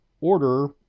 order